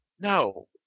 No